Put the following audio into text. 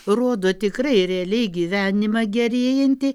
rodo tikrai realiai gyvenimą gerėjantį